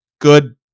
good